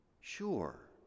Sure